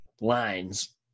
lines